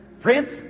prince